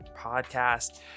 podcast